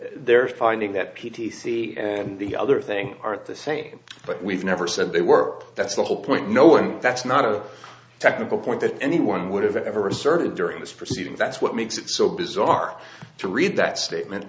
a finding that p t c and the other thing aren't the same but we've never said they work that's the whole point no and that's not a technical point that anyone would have ever asserted during this proceeding that's what makes it so bizarre to read that statement